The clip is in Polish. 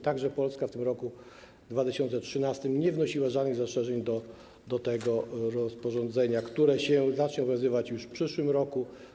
Także Polska w roku 2013 nie wnosiła żadnych zastrzeżeń co do tego rozporządzenia, które zacznie obowiązywać już w przyszłym roku.